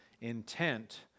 intent